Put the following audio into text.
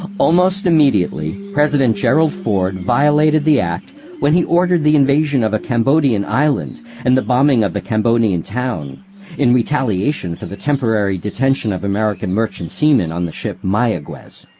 almost immediately, president gerald ford violated the act when he ordered the invasion of a cambodian island and the bombing of a cambodian town in retaliation for the temporary detention of american merchant seamen on the ship mayaguez.